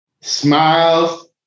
smiles